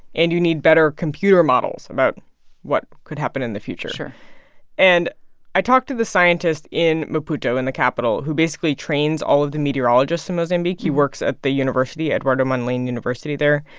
and you need better computer models about what could happen in the future sure and i talked to the scientist in maputo, in the capital, who basically trains all of the meteorologists in mozambique. he works at the university eduardo mondlane university there.